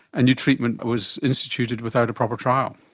a new treatment was instituted without a proper trial.